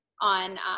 on